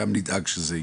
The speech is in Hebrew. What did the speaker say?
גם נדאג שזה יקרה.